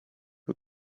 who